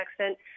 accent